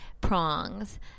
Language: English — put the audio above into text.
prongs